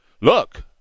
Look